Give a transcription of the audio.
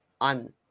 on